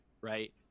Right